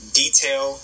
detail